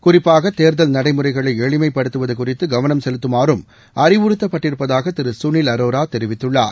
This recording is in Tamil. குறிப்பாக தேர்தல் நடைமுறைகளை எளிமைப்படுத்துவது குறித்து கவனம் செலுத்துமாறும் அறிவுறுத்தப்பட்டிருப்பதாக திரு சுனில் அரோரா தெரிவித்துள்ளார்